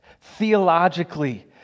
theologically